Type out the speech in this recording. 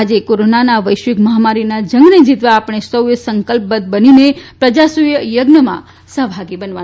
આજે કોરોનાની આ વૈશ્વિક મહામારીના જંગને જીતવા માટે આપણે સૌએ સંકલ્પબદ્ધ બનીને પ્રજાસૂય યજ્ઞમાં સહભાગી બનીએ